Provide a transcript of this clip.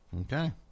Okay